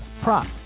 prop